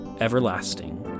everlasting